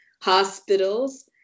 hospitals